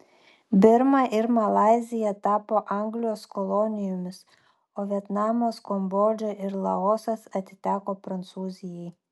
birma ir malaizija tapo anglijos kolonijomis o vietnamas kambodža ir laosas atiteko prancūzijai